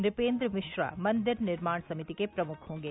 नृपेन्द्र मिश्रा मंदिर निर्माण समिति के प्रमुख होंगे